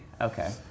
okay